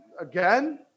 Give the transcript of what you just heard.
again